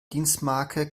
dienstmarke